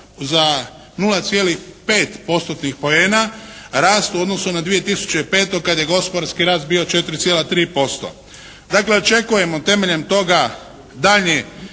poena rast u odnosu na 2005. kad je gospodarski rast bio 4,3%. Dakle očekujemo temeljem toga daljnje